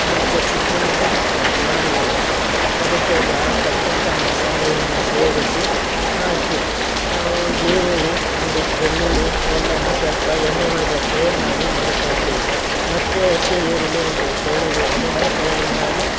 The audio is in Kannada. ಮತ್ತು ಚಿಕನ್ನು ಮಟನ್ ಮಾಡಿದ್ರೆ ಅದಕ್ಕೆ ತಕ್ಕಂಥ ಮಸಾಲೆಯನ್ನು ಸೇರಿಸಿ ಹಾಕಿ ನಾವು ಈರುಳ್ಳಿ ಒಂದು ಎಸ್ಳು ಬೆಳ್ಳುಳ್ಳಿ ಎಲ್ಲಾ ಸ್ವಲ್ಪ ಎಣ್ಣೆ ಒಳ್ಗೆ ಫ್ರೈ ಮಾಡಿ ಮಡುಕ್ಕೊತೀವಿ ಮತ್ತು ಹಸಿ ಈರುಳ್ಳಿ ಒಂದು ಎರಡು ಬೆಳ್ಳುಳ್ಳಿ ಅದನ್ನು ಸೇರಿ ಮಾಡಿ